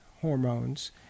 hormones